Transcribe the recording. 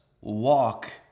walk